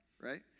right